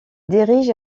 dirige